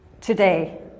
today